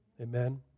Amen